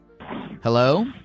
Hello